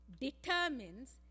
determines